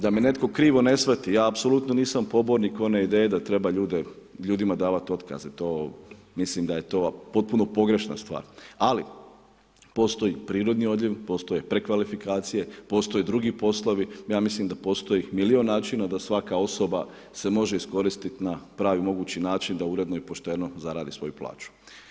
Da me netko krivo ne shvati, ja apsolutno nisam pobornik one ideje, da treba ljudima davati otkaz, mislim da je to potpuno pogrešna stvar, ali postoji prirodni odljev, postoje prekvalifikacije, postoji i drugi poslovi, ja mislim da postoji milijun načina, da svaka osoba se može iskoristiti na pravi mogući način da uredno i pošteno zaradi svoju plaću.